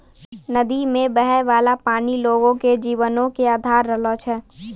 नदी मे बहै बाला पानी लोगो के जीवनो के अधार रहलो छै